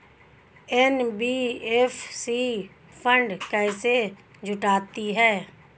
NBFC fund कैसे जुटाती है?